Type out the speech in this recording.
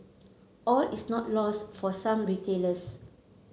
all is not lost for some retailers